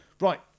Right